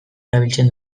erabiltzen